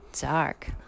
dark